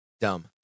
dumb